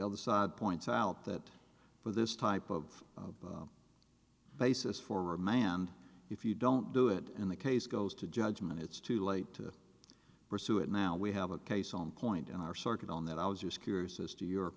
know the side points out that for this type of basis for remand if you don't do it in the case goes to judgment it's too late to pursue it now we have a case on point in our circuit on that i was just curious as to your